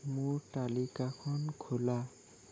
মোৰ তাালিকাখন খোলা